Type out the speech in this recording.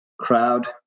crowd